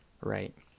right